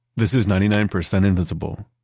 this is ninety nine percent invisible.